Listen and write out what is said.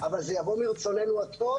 אבל זה יבוא מרצוננו הטוב.